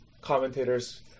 commentators